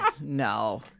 no